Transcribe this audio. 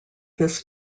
this